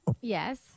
Yes